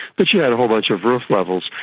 but you had a whole bunch of roof levels,